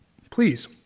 please.